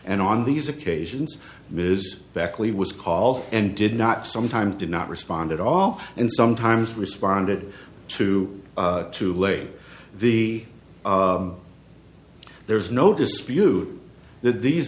and on these occasions ms bakley was call and did not sometimes did not respond at all and sometimes responded to to lay the there's no dispute that these